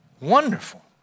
Wonderful